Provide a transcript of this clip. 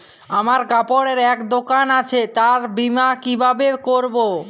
আমার কাপড়ের এক দোকান আছে তার বীমা কিভাবে করবো?